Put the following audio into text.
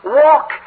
walk